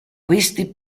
questi